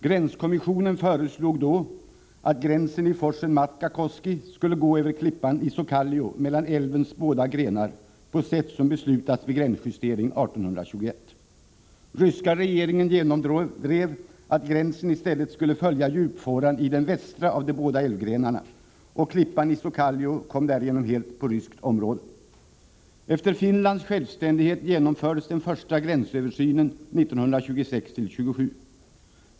Gränskommissionen föreslog då att gränsen i forsen Matkakoski skulle gå över klippan Isokallio mellan älvens båda grenar på sätt som beslutats vid gränsjusteringen 1821. Ryska regeringen genomdrev att gränsen i stället skulle följa djupfåran i den västra av de båda älvgrenarna, och klippan Isokallio kom därigenom helt på ryskt område. Efter Finlands självständighet genomfördes den första gränsöversynen 1926-1927.